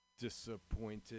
disappointed